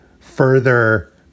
further